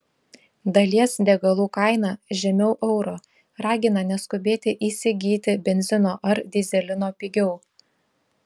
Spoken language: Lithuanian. dalies degalų kaina žemiau euro ragina neskubėti įsigyti benzino ar dyzelino pigiau